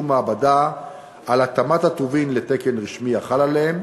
מעבדה על התאמת הטובין לתקן רשמי החל עליהם,